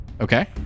Okay